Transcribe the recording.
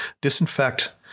Disinfect